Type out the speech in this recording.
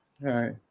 right